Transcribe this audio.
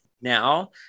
Now